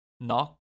Knock